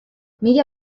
mila